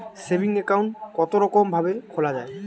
Saving account কতরকম ভাবে খোলা য়ায়?